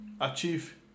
achieve